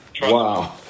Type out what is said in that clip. Wow